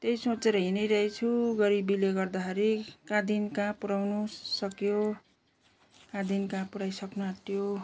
त्यही सोचेर हिँडिरहेछु गरिबीले गर्दाखेरि कहाँदेखि कहाँ पुऱ्याउनु सक्यो कहाँदेखि कहाँ पुऱ्याइसक्नु आँट्यो